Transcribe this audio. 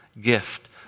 gift